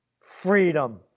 Freedom